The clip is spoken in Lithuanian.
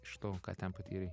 iš to ką ten patyrei